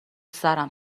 سرم